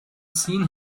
seen